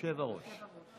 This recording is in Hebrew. יושב-הראש.